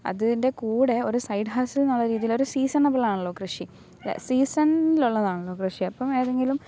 അതിന്റെ കൂടെ ഒരു സൈഡ് ഹസൽ എന്നുള്ള രീതിയിൽ ഒരു സീസണബിൾ ആണല്ലോ കൃഷി അല്ല സീസണിൽ ഉള്ളതാണല്ലോ കൃഷി അപ്പോൾ ഏതെങ്കിലും